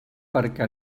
perquè